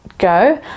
go